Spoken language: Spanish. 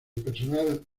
personal